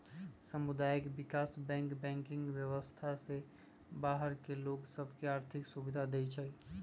सामुदायिक विकास bank banking व्यवस्था से बाहर के लोग सभ के आर्थिक सुभिधा देँइ छै